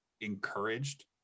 encouraged